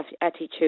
attitude